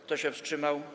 Kto się wstrzymał?